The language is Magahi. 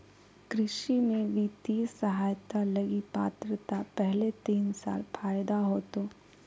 कृषि में वित्तीय सहायता लगी पात्रता पहले तीन साल फ़ायदा होतो